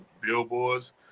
billboards